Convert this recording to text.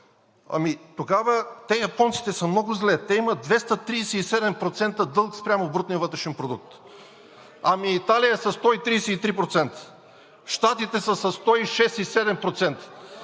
тогава те, японците, са много зле – те имат 237% дълг спрямо брутния вътрешен продукт! Ами Италия е със 133%, Щатите са със